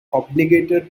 obligated